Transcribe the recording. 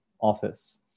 office